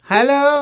Hello